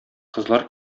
кызлар